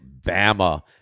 Bama